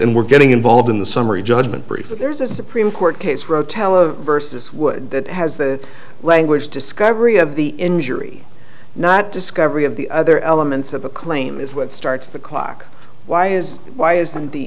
and we're getting involved in the summary judgment brief there's a supreme court case rotella versus wood that has the language discovery of the injury not discovery of the other elements of a claim is what starts the clock why is why isn't the